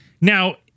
Now